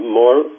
more